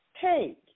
Take